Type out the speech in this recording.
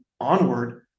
onward